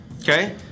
Okay